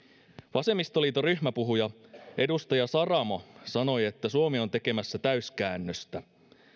vasemmistoliiton ryhmäpuhuja edustaja saramo sanoi että suomi on tekemässä täyskäännöstä